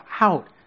out